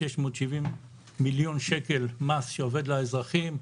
670 מיליון שקל מס שאובד לאזרחים.